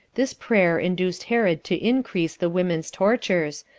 this prayer induced herod to increase the women's tortures,